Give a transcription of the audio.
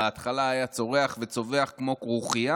בהתחלה היה צורח וצווח כמו כרוכיה,